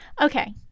Okay